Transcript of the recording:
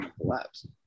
collapse